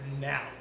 now